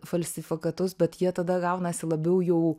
falsifikatus bet jie tada gaunasi labiau jau